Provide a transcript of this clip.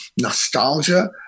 nostalgia